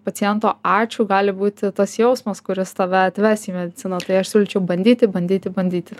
paciento ačiū gali būti tas jausmas kuris tave atves į mediciną tai aš siūlyčiau bandyti bandyti bandyti